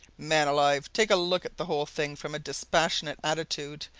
man alive take a look at the whole thing from a dispassionate attitude!